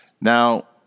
Now